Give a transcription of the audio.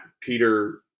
Peter